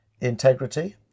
integrity